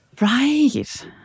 Right